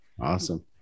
awesome